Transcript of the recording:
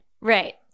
right